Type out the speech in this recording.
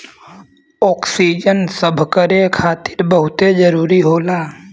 oxygen सभकरे खातिर बहुते जरूरी होला